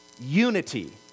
unity